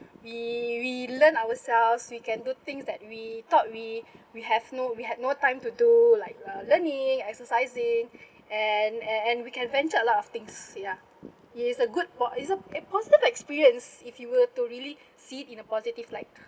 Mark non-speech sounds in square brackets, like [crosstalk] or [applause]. we we learn ourselves we can do things that we thought we we have no we had no time to do like uh learning exercising [breath] and and and we can venture a lot of things ya it's a good po~ it's a positive experience if you were to really see it in a positive light